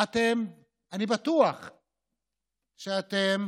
אני בטוח שאתם